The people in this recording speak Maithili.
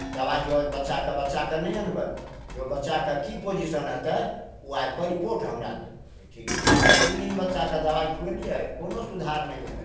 दवाइ जो बच्चाके बच्चाके नहि आनबै जँ बच्चाके कि पोजिशन रहतै ओ आबिकऽ रिपोर्ट हमरा देब ठीक छै तीन दिन बच्चाके दवाइ खुएलिए कोनो सुधार नहि भेलै